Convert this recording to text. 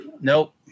nope